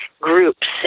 groups